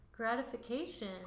gratification